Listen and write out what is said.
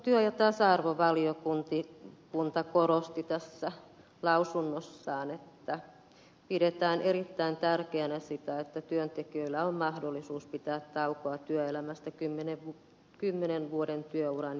työelämä ja tasa arvovaliokunta korosti tässä lausunnossaan että pidetään erittäin tärkeänä sitä että työntekijöillä on mahdollisuus pitää taukoa työelämästä kymmenen vuoden työuran jälkeen